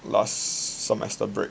last semester break